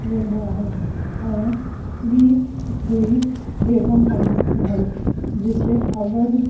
वेंदो आहे ऐं ॿी हुई बेगम हज़रत महल जेके अवध